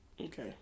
Okay